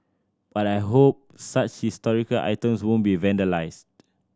but I hope such historical items won't be vandalised